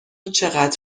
چقدر